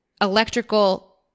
electrical